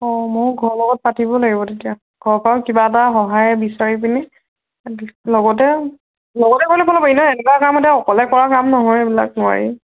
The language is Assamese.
অঁ ময়ো ঘৰ লগত পাতিব লাগিব তেতিয়া ঘৰ পৰা কিবা এটা সহায় বিচাৰি পিনি লগতে লগতে কৰিলে কৰিব পাৰি এনে এনেকুৱা কাম এতিয়া অকলে কৰা কাম নহয় এইবিলাক নোৱাৰিম